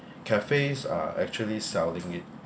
cafes are actually selling it